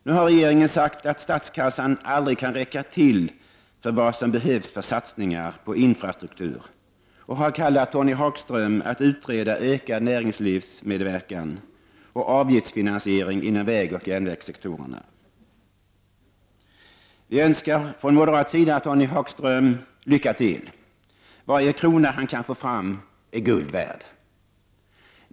Nu har regeringen sagt att statskassan aldrig kan räcka till för vad som behövs för satsningar på infrastruktur och har kallat Tony Hagström att utreda frågan om ökad näringslivsmedverkan och avgiftsfinansiering inom vägoch järnvägssektorerna. Vi önskar från moderat sida Tony Hagström lycka till; varje krona han kan få fram är guld värd.